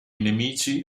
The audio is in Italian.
nemici